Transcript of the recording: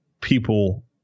people